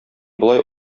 болай